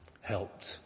helped